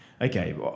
okay